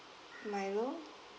milo